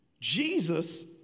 Jesus